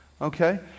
okay